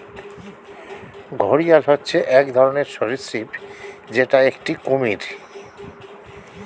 ঘড়িয়াল হচ্ছে এক ধরনের সরীসৃপ যেটা একটি কুমির